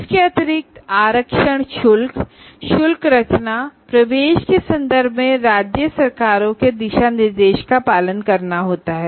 इसके अतिरिक्त आरक्षण शुल्क संरचना तथा प्रवेश के संबंध में राज्य सरकारों के दिशा निर्देशों का पालन करना होता है